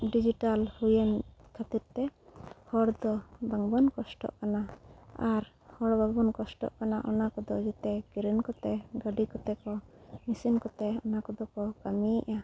digital ᱦᱩᱭᱮᱱ ᱠᱷᱟᱹᱛᱤᱨ ᱛᱮ ᱦᱚᱲ ᱫᱚ ᱵᱟᱝ ᱵᱚᱱ ᱠᱚᱥᱴᱚᱜ ᱠᱟᱱᱟ ᱟᱨ ᱦᱚᱲ ᱵᱟᱵᱚᱱ ᱠᱚᱥᱴᱚᱜ ᱠᱟᱱᱟ ᱚᱱᱟ ᱠᱚᱫᱚ ᱡᱚᱛᱚ ᱠᱨᱮᱱ ᱠᱚᱛᱮ ᱜᱟᱹᱰᱤ ᱠᱚᱛᱮ ᱠᱚ ᱢᱮᱥᱤᱱ ᱠᱚᱛᱮ ᱚᱱᱟ ᱠᱚᱫᱚ ᱠᱚ ᱠᱟᱹᱢᱤᱭᱮᱜᱼᱟ